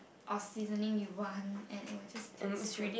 or seasoning you want and it will just taste good